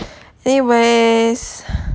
因为 s~